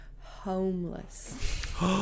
homeless